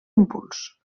impuls